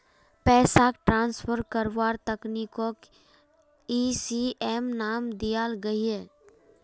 पैसाक ट्रान्सफर कारवार तकनीकोक ई.सी.एस नाम दियाल गहिये